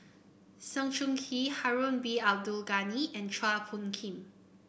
Sng Choon Yee Harun Bin Abdul Ghani and Chua Phung Kim